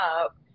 up